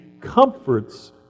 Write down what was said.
comforts